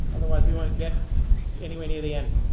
otherwise we don't get anywhere near the end.